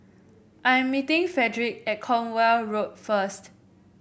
I am meeting Frederic at Cornwall Road first